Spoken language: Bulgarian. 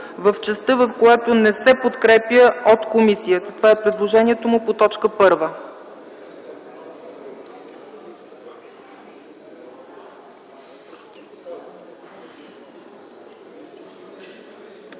в частта, в която не се подкрепя от комисията. Това е предложението му по т. 1.